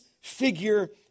figure